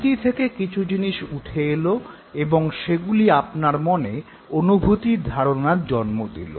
স্মৃতি থেকে কিছু জিনিস উঠে এল এবং সেগুলি আপনার মনে অনুভূতির ধারণার জন্ম দিল